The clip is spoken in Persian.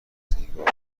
سیگار